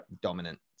dominant